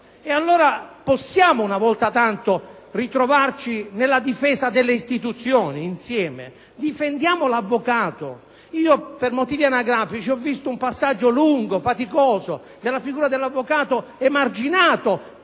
Allora, possiamo una volta tanto ritrovarci insieme nella difesa delle istituzioni? Difendiamo l'avvocato! Per motivi anagrafici ho visto un passaggio lungo e faticoso nella figura dell'avvocato, emarginato